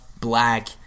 black